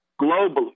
globally